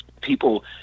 people